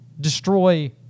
destroy